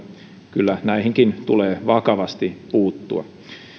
kyllä näihinkin tulee vakavasti puuttua